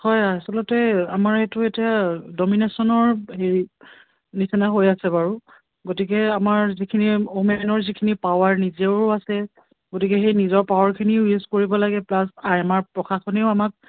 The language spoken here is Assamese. হয় আচলতে আমাৰ এইটো এতিয়া ডমিনেশ্য়নৰ হেৰি নিচিনা হৈ আছে বাৰু গতিকে আমাৰ যিখিনি অ'মেনৰ যিখিনি পাৱাৰ নিজৰো আছে গতিকে সেই নিজৰ পাৱাৰখিনিও ইউজ কৰিব লাগে প্লাছ আমাৰ প্ৰশাসনেও আমাক